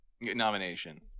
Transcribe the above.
nomination